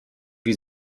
wie